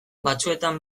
batzuetan